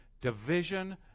Division